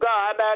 God